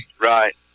Right